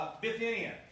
Bithynia